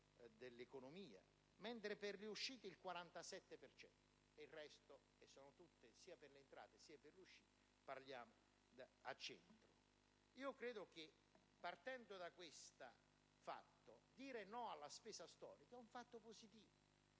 al centro). Partendo da questo fatto, dire no alla spesa storica è un fatto positivo.